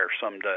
someday